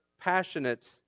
passionate